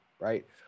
right